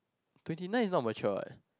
twenty nine is not mature what